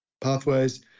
pathways